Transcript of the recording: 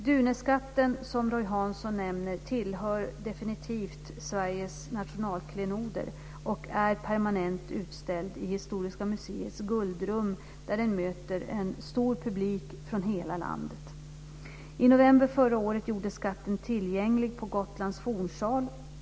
Duneskatten, som Roy Hansson nämner, tillhör definitivt Sveriges nationalklenoder och är permanent utställd i Historiska museets guldrum där den möter en stor publik från hela landet. I november förra året gjordes skatten tillgänglig på Gotlands fornsal.